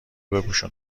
بپوشون